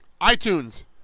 iTunes